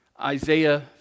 Isaiah